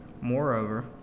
Moreover